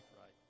right